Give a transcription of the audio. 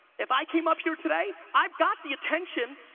if i came up here today, i've got the attention.